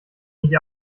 nicht